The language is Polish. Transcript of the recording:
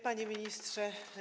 Panie Ministrze!